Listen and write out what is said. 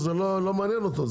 זה לא מעניין אותו.